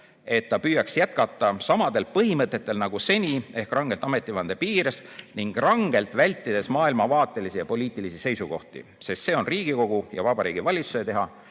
et ta püüaks jätkata samadel põhimõtetel nagu seni ehk rangelt ametivande piires ning rangelt vältides maailmavaatelisi ja poliitilisi seisukohti, sest see on Riigikogu ja Vabariigi Valitsuse teha,